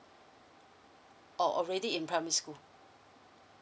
or already in primary school